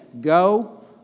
Go